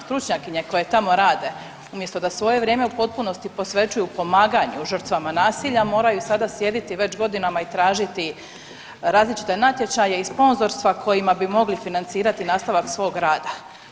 Stručnjakinje koje tamo rada umjesto da svoje vrijeme u potpunosti posvećuju pomaganju žrtvama nasilja moraju sada sjediti već godinama i tražiti različite natječaje i sponzorstva kojima bi mogli financirati nastavak svog rada.